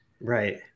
Right